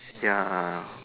ya